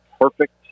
perfect